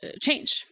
change